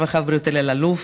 הרווחה והבריאות אלי אלאלוף,